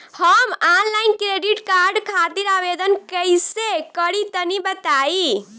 हम online credit card खातिर आवेदन कइसे करि तनि बताई?